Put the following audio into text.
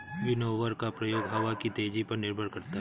winnower का प्रयोग हवा की तेजी पर निर्भर करता है